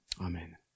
Amen